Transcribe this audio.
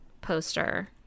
poster